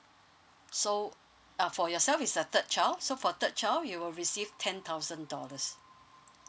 so ah for yourself is a third child so for third child you will receive ten thousand dollars